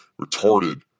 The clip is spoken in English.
retarded